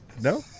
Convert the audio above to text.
No